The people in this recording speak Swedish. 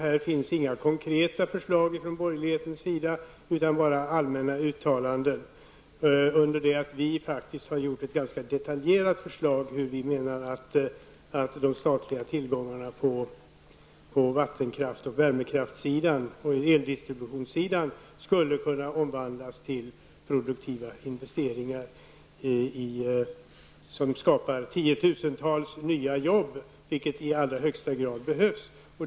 Här finns inga konkreta förslag från borgerligheten utan bara allmänna uttalanden, under det att vi faktiskt har gjort ett ganska detaljerat förslag till hur vi menar att de statliga tillgångarna på vattenkraftsoch värmekraftssidan och på eldistributionssidan skulle kunna omvandlas till produktiva investeringar som skapar tiotusentals nya jobb, vilket i allra högsta grad behövs.